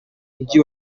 mujyi